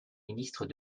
ministre